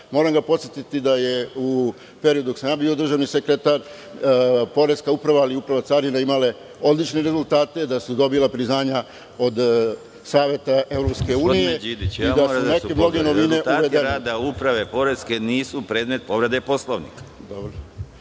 Moram ga podsetiti da je u periodu dok sam ja bio državni sekretar, Poreska uprava, ali i Uprava carine imale odlične rezultate, da su dobile priznanja od Saveta EU i da su(Predsedavajući: